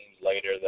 later